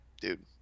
dude